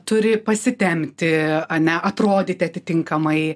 turi pasitempti ane atrodyti atitinkamai